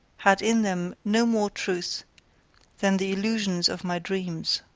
had in them no more truth than the illusions of my dreams.